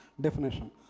definition